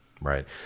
Right